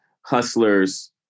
hustlers